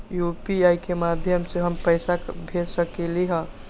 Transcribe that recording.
UPI के माध्यम से हम पैसा भेज सकलियै ह?